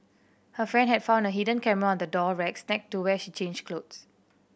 her friend had found a hidden camera on the door racks next to where she changed clothes